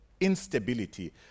instability